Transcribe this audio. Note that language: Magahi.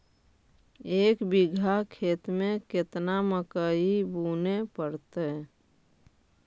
एक बिघा खेत में केतना मकई बुने पड़तै?